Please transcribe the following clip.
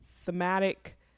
thematic